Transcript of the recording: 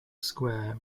square